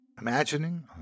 imagining